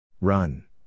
Run